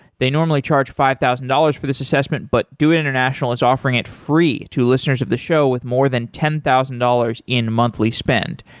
they normally charge five thousand dollars for this assessment, but doit international is offering it free to listeners of the show with more than ten thousand dollars in monthly spend.